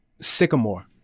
Sycamore